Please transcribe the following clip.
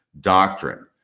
doctrine